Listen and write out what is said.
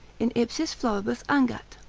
in ipsis floribus angat.